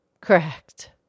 Correct